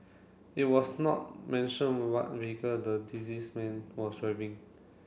it was not mentioned what vehicle the disease man was driving